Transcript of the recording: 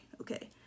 Okay